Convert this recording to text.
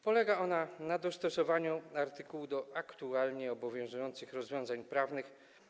Polega ona na dostosowaniu artykułu do aktualnie obowiązujących rozwiązań prawnych.